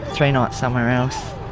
three nights somewhere else.